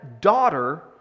daughter